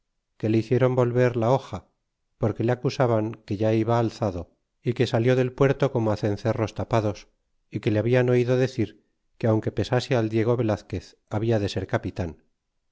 que le hicieron volver la hoja porque le acusaban que ya iba alzado y que salió del puerto corno cencerros tapados y que le habian oido decir que aunque pesase al diego velazquez habla de ser capitan